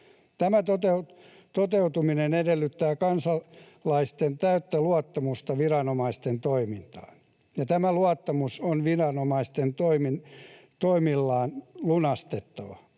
Tämän toteutuminen edellyttää kansalaisten täyttä luottamusta viranomaisten toimintaan, ja tämä luottamus on viranomaisten toimillaan lunastettava.